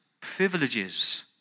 privileges